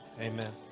Amen